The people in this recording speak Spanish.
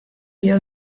vio